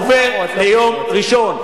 הערות ולא שאלות.